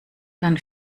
dann